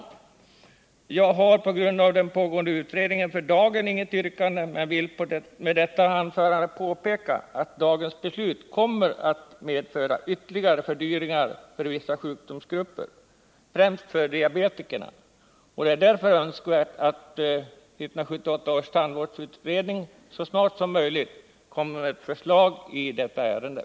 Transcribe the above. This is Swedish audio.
Jag har på grund av pågående utredning för dagen inget yrkande men vill med detta anförande påpeka att dagens beslut kommer att medföra ytterligare fördyringar för vissa grupper, främst för diabetikerna. Det är därför önskvärt att 1978 års tandvårdsutredning så snart som möjligt kommer med förslag i ärendet.